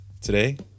today